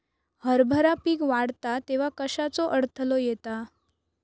हरभरा पीक वाढता तेव्हा कश्याचो अडथलो येता?